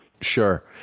Sure